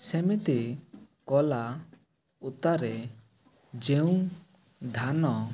ସେମିତି କଲା ଉତାରେ ଯେଉଁ ଧାନ